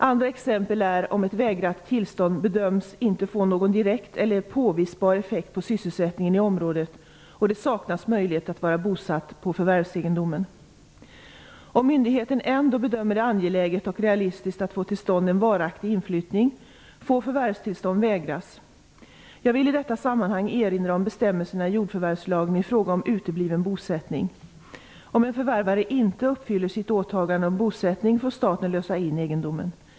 Andra exempel är om ett vägrat tillstånd bedöms inte få någon direkt eller påvisbar effekt på sysselsättningen i området och det saknas möjlighet att vara bosatt på förvärvsegendomen. Om myndigheterna ändå bedömer det angeläget och realistiskt att få till stånd en varaktig inflyttning, får förvärvstillstånd vägras. Jag vill i detta sammanhang erinra om bestämmelserna i jordförvärvslagen i fråga om utebliven bosättning. Om en förvärvare inte uppfyller sitt åtagande om bosättning, får staten lösa in egendomen.